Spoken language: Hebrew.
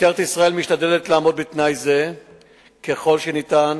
משטרת ישראל משתדלת לעמוד בתנאי זה ככל שניתן.